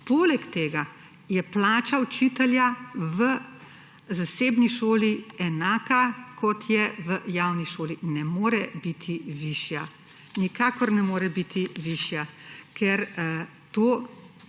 Polet tega je plača učitelja v zasebni šoli enaka, kot je v javni šoli, ne more biti višja. Nikakor ne more biti višja, ker